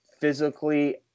physically